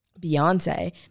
Beyonce